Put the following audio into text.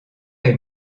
est